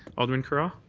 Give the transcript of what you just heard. alderman carra.